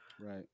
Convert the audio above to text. Right